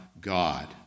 God